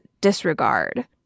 disregard